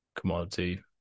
commodity